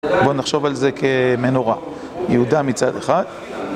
בואו נחשוב על זה כמנורה. יהודה מצד אחד.